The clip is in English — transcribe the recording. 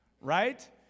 Right